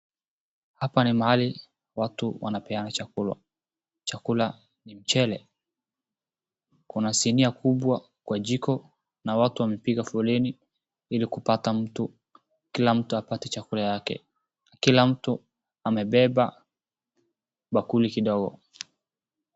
Hapa ni mahali watu wanapeana chakula, chakula ni mchele, kuna sinia kubwa kwa jiko na watu wamepiga foleni ili kila mtu apate chakula yake. Kila mtu amebeba bakuli kidogo.